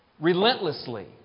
relentlessly